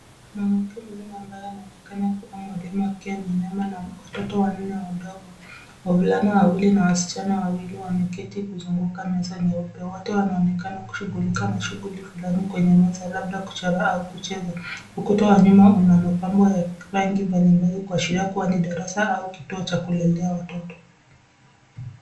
Mwanamke mzima ambaye anaonekana kuwa mwalimu akiwa ameinama na watoto wanne wadogo. Wavulana wawili na wasichana wawili wameketi kuzunguka meza nyeupe. Wote wanaonekana kushughulika na shughuli fulani kwenye meza, labda kuchora au kucheza. Ukuta wa nyuma una mapambo ya rangi mbalimbali kuashiria kuwa ni darasa au kituo cha kulelea watoto.